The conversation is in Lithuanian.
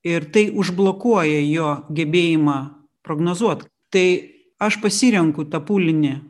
ir tai užblokuoja jo gebėjimą prognozuot tai aš pasirenku tą pūlinį